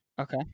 Okay